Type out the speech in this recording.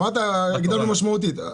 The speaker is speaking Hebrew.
אמרת, הגדלנו משמעותית.